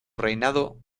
reinado